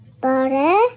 Butter